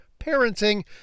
parenting